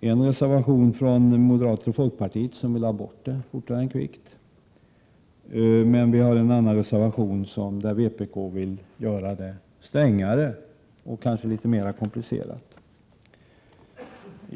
I en reservation vill moderaterna och folkpartiet ha bort den fortare än kvickt, och i en annan reservation vill vpk göra den strängare och kanske litet mera komplicerad.